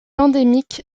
endémique